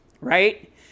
right